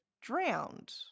drowned